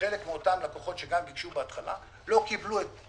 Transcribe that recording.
שחלק מאותם הלקוחות שביקשו בהתחלה לא קיבלו את